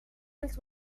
els